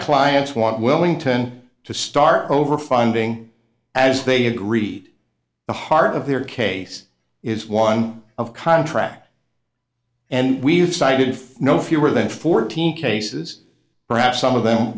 clients want wellington to start over finding as they had read the heart of their case is one of contract and we've cited for no fewer than fourteen cases perhaps some of them